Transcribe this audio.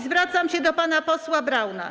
Zwracam się do pana posła Brauna.